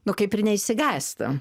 nu kaip ir neišsigąst